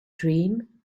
dream